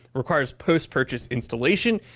require post-purchase installation,